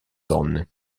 donne